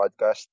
podcast